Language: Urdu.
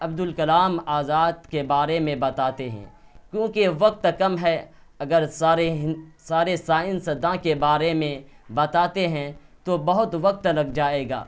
عبد الکلام آزاد کے بارے میں بتاتے ہیں کیونکہ وقت کم ہے اگر سارے سارے سائنس داں کے بارے میں بتاتے ہیں تو بہت وقت لگ جائے گا